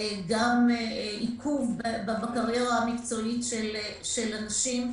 גם עיכוב בקריירה המקצועית של הנשים,